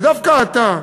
ודווקא אתה,